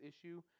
issue